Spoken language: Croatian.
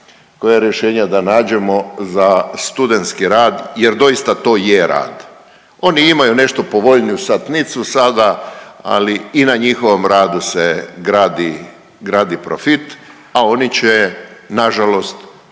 koja rješenja da nađemo za studentski rad jer doista to je rad. Oni imaju nešto povoljniju satnicu sada, ali i na njihovom radu se gradi, gradi profit, a oni će nažalost